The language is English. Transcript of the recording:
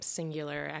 singular